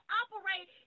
operate